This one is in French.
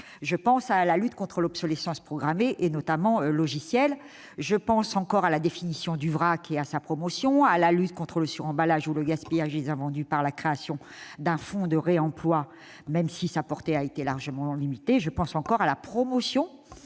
Je pense à la lutte contre l'obsolescence programmée, et notamment logicielle, à la définition du vrac et à sa promotion, à la lutte contre le suremballage et le gaspillage des invendus par la création d'un fonds de réemploi, même si la portée de cet outil a été fortement limitée. Je pense également à la promotion